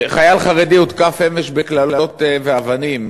חייל חרדי הותקף אמש בקללות ואבנים.